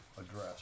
address